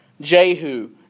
Jehu